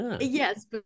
Yes